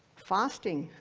fasting,